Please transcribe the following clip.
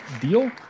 deal